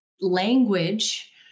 language